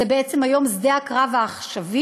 שזה בעצם היום שדה הקרב העכשווי,